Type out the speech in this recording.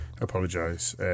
Apologise